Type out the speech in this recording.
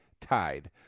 tied